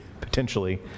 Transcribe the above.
potentially